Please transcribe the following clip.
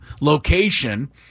location